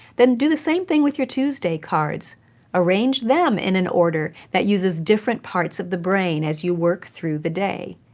then do the same thing with your tuesday cards arrange them in an order that uses different parts of the brain as you work through the day.